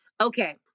Okay